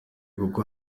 kuko